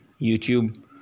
YouTube